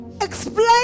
Explain